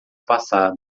passado